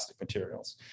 materials